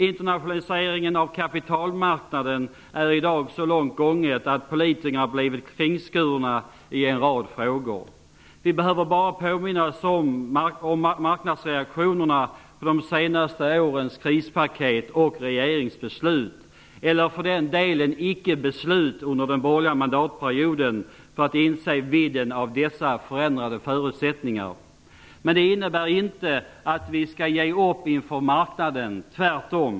Internationaliseringen av kapitalmarknaden är i dag så långt gången att politikerna har blivit kringskurna i en rad frågor. Vi behöver bara påminna om marknadsreaktionerna på de senaste årens krispaket och regeringsbeslut - eller för den delen "icke-beslut" - under den borgerliga mandatperioden för att inse vidden av dessa förändrade förutsättningar. Det innebär inte att vi skall ge upp inför marknaden - tvärtom.